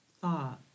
thought